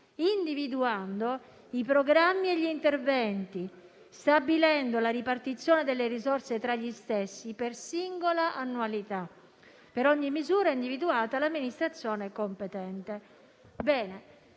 individuando i programmi e gli interventi e stabilendo la ripartizione delle risorse tra gli stessi, per singola annualità. Per ogni misura è individuata l'amministrazione competente.